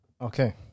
Okay